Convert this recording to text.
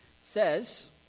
Says